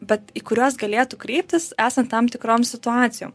bet į kuriuos galėtų kreiptis esant tam tikrom situacijom